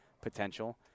potential